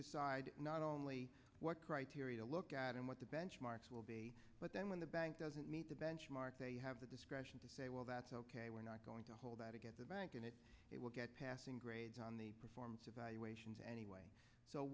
decide not only what criteria to look at and what the benchmarks will be but then when the bank doesn't meet the benchmark they have the discretion to say well that's ok we're not going to hold that against a bank in that it will get passing grades on the performance evaluations anyway so